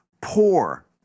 poor